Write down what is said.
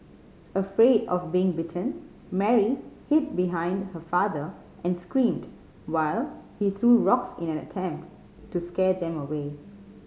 afraid of being bitten Mary hid behind her father and screamed while he threw rocks in an attempt to scare them away